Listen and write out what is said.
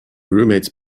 roommate’s